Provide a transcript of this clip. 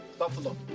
Buffalo